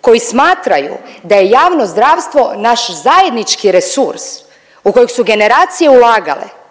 koji smatraju da je javno zdravstvo naš zajednički resurs u kojeg su generacije ulagale